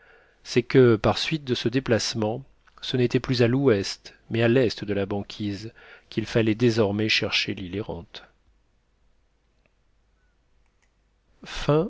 c'est que par suite de ce déplacement ce n'était plus à l'ouest mais à l'est de la banquise qu'il fallait désormais chercher